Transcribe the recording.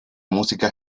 música